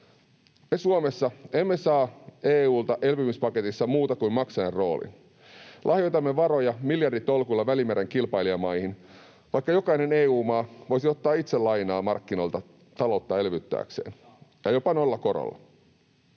Me Suomessa emme saa EU:lta elvytyspaketissa muuta kuin maksajan roolin. Lahjoitamme varoja miljarditolkulla Välimeren kilpailijamaihin, vaikka jokainen EU-maa voisi ottaa itse lainaa markkinoilta taloutta elvyttääkseen ja jopa nollakorolla.